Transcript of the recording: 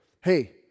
hey